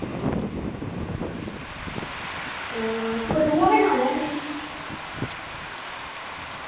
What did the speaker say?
कठुआ गै जाना ऐ मेन